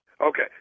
Okay